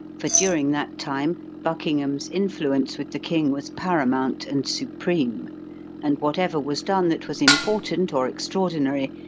for during that time buckingham's influence with the king was paramount and supreme and whatever was done that was important or extraordinary,